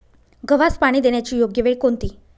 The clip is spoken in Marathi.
गव्हास पाणी देण्याची योग्य वेळ कोणती?